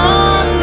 on